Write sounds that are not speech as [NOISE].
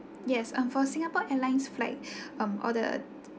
yes um for singapore airlines flight [BREATH] um all the